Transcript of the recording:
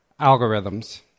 algorithms